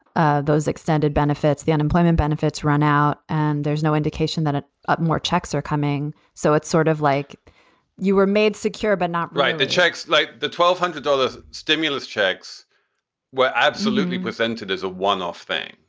ah those extended benefits, the unemployment benefits run out and there's no indication that ah more checks are coming so it's sort of like you were made secure, but not write the checks like the twelve hundred dollars stimulus checks were absolutely presented as a one off thing.